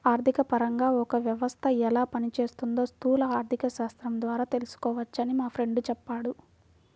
ఆర్థికపరంగా ఒక వ్యవస్థ ఎలా పనిచేస్తోందో స్థూల ఆర్థికశాస్త్రం ద్వారా తెలుసుకోవచ్చని మా ఫ్రెండు చెప్పాడు